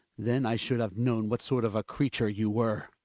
then i should have known what sort of a creature you were.